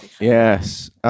Yes